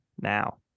now